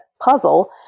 Puzzle